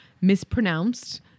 mispronounced